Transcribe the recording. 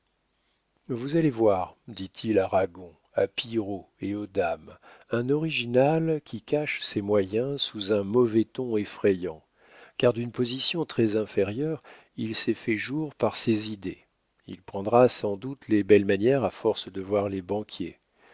vous allez voir dit-il à ragon à pillerault et aux dames un original qui cache ses moyens sous un mauvais ton effrayant car d'une position très inférieure il s'est fait jour par ses idées il prendra sans doute les belles manières à force de voir les banquiers